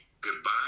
goodbye